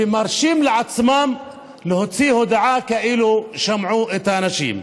ומרשים לעצמם להוציא הודעה כאילו שמעו את האנשים,